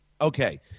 Okay